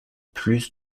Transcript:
plus